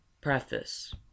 Preface